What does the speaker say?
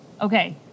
Okay